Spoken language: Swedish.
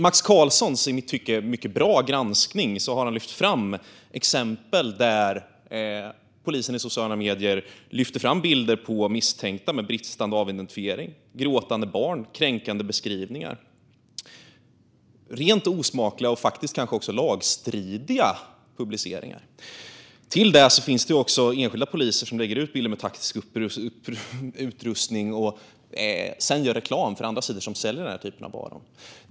Max Karlsson har i en i mitt tycke mycket bra granskning lyft fram exempel där polisen i sociala medier publicerar bilder på misstänkta med bristande avidentifiering och på gråtande barn samt kränkande beskrivningar. Det är rent osmakliga och kanske också lagstridiga publiceringar. Till det finns det också enskilda poliser som lägger ut bilder med taktisk utrustning och sedan gör reklam för andra sidor som säljer den typen av varor.